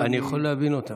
אני יכול להבין אותם.